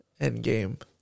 Endgame